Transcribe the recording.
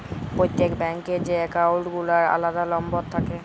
প্রত্যেক ব্যাঙ্ক এ যে একাউল্ট গুলার আলাদা লম্বর থাক্যে